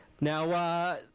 Now